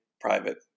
private